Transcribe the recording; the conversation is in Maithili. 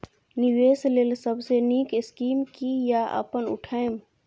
निवेश लेल सबसे नींक स्कीम की या अपन उठैम?